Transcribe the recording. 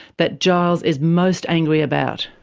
that giles is most angry about.